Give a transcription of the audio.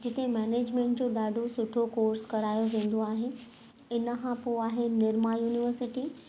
जिते मेनेजमेंट जो ॾाढो सुठो कोर्स करायो वेंदो आहे हिन खां पोइ आहे निरमा यूनिवर्सिटी